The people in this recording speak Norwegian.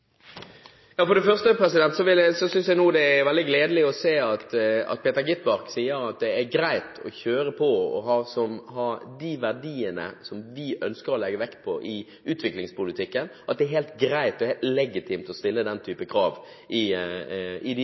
For det første synes jeg nå det er veldig gledelig at Peter Skovholt Gitmark sier at det er greit å kjøre på og ha de verdiene som vi ønsker å legge vekt på, i utviklingspolitikken, og at det er helt greit og legitimt å stille den type krav til de